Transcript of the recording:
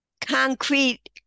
concrete